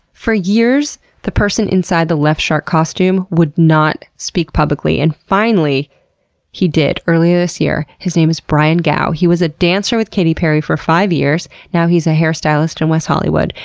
for years, the person inside the left shark costume would not speak publicly, and finally he did earlier this year. his name is brian gaw, he was a dancer with katy perry for five years. now he's a hair stylist in west hollywood,